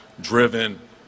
driven